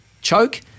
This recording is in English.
choke